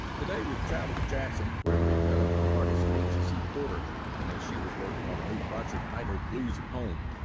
today, we've traveled to jackson where we met up with artist hc porter as she was working on her new project titled blues home.